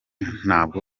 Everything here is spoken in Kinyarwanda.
ntabwo